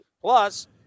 plus